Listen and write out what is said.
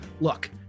Look